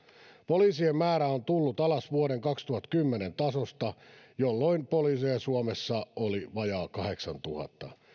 poliisien määrä on tullut alas vuoden kaksituhattakymmenen tasosta jolloin poliiseja suomessa oli vajaa kahdeksantuhatta